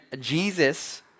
Jesus